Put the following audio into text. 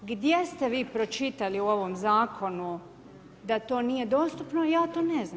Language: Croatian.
Gdje ste vi pročitali u ovom Zakonu da to nije dostupno, ja to ne znam.